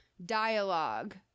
dialogue